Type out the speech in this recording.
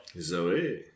Zoe